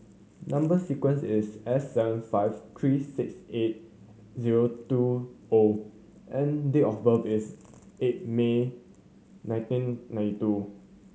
number sequence is S seven five three six eight zero two O and date of birth is eight May nineteen ninety two